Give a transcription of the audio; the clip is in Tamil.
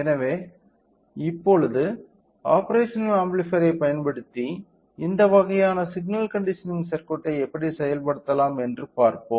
எனவே இப்பொழுது ஆப்பேரஷனல் ஆம்பிளிபையர் ஐ பயன்படுத்தி இந்த வகையான சிக்னல் கண்டிஷனிங் சர்க்யூட்டை எப்படிச் செயல்படுத்தலாம் என்று பார்ப்போம்